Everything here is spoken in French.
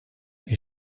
est